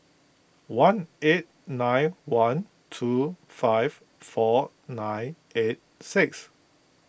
one eight nine one two five four nine eight six